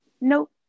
nope